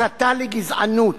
הסתה לגזענות,